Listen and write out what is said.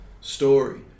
story